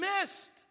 missed